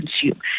consume